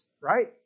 right